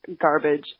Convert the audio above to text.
garbage